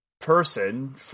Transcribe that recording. person